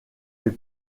les